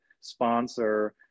sponsor